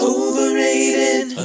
overrated